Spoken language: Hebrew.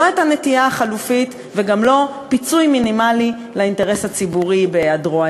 לא הנטיעה החלופית וגם לא פיצוי מינימלי לאינטרס הציבורי בהיעדרו?